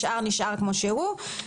השאר נשאר כמו שהוא,